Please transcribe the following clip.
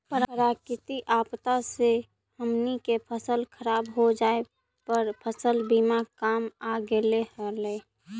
प्राकृतिक आपदा से हमनी के फसल खराब हो जाए पर फसल बीमा काम आ गेले हलई